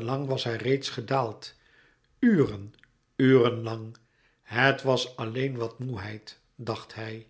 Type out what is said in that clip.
lang was hij reeds gedaald uren uren lang het was alleen wat moêheid dacht hij